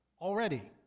already